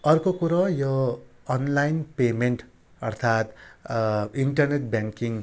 अर्को कुरो यो अनलाइन पेमेन्ट अर्थात् इन्टरनेट ब्याङ्किङ